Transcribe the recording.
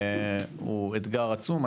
הוא אתגר עצום.